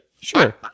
Sure